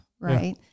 right